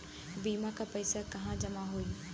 बीमा क पैसा कहाँ जमा होई?